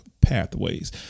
pathways